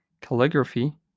calligraphy